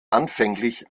anfänglich